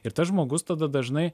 ir tas žmogus tada dažnai